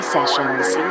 Sessions